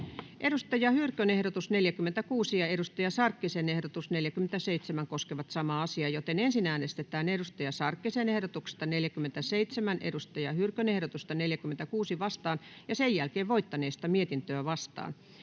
Saara Hyrkön ehdotus 46 ja Hanna Sarkkisen ehdotus 47 koskevat samaa asiaa. Ensin äänestetään Hanna Sarkkisen ehdotuksesta 47 Saara Hyrkön ehdotusta 46 vastaan ja sen jälkeen voittaneesta mietintöä vastaan.